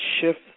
shift